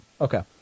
Okay